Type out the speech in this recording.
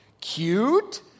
cute